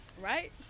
Right